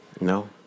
No